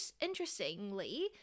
interestingly